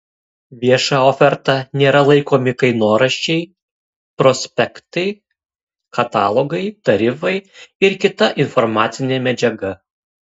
vieša oferta nėra laikomi kainoraščiai prospektai katalogai tarifai ir kita informacinė medžiaga